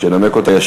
שינמק אותה.